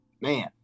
man